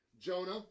Jonah